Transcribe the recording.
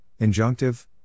Injunctive